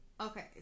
okay